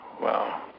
Wow